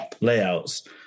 layouts